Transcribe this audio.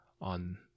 on